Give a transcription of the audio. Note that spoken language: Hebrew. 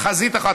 חזית אחת,